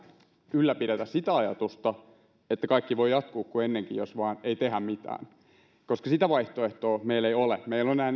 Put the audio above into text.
ylläpidetä sitä ajatusta että kaikki voi jatkua kuin ennenkin jos vain ei tehdä mitään koska sitä vaihtoehtoa meillä ei ole ole meillä on nämä